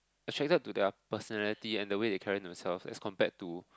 attracted to their personality and the way they carry themselves as compared to